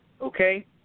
okay